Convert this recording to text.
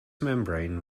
membrane